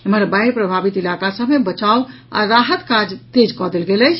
एम्हर बाढ़ि प्रभावित इलाका सभ मे बचाव आ राहत काज तेज कऽ देल गेल अछि